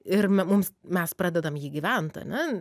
ir me mums mes pradedam jį gyvent ane